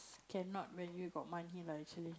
cannot when you got money lah actually